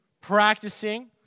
practicing